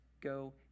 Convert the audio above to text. go